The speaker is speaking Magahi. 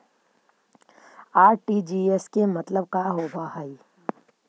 आर.टी.जी.एस के मतलब का होव हई?